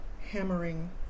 hammering